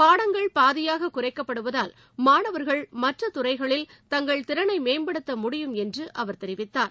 பாடங்கள் பாதியாக குறைக்கப்படுவதால் மாணவர்கள் மற்ற துறைகளில் தங்கள் திறனை மேம்படுத்த முடியும் என்று அவர் தெரிவித்தார்